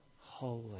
holy